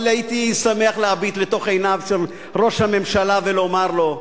אבל הייתי שמח להביט לתוך עיניו של ראש הממשלה ולומר לו: